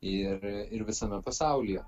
ir ir visame pasaulyje